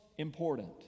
important